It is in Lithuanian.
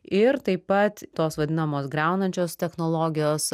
ir taip pat tos vadinamos griaunančios technologijos